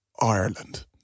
Ireland